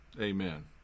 Amen